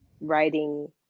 writing